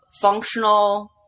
functional